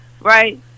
right